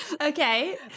Okay